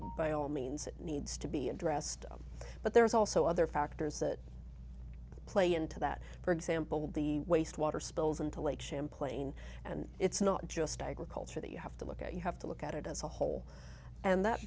by all means it needs to be addressed but there is also other factors that play into that for example the waste water spills into lake champlain and it's not just agriculture that you have to look at you have to look at it as a whole and that